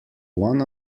one